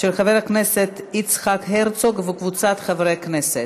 של חבר הכנסת יצחק הרצוג וקבוצת חברי הכנסת.